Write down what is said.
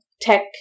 tech